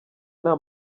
nta